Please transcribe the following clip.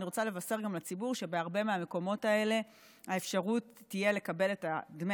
אני רוצה גם לבשר לציבור שבהרבה מהמקומות האלה האפשרות תהיה לקבל את דמי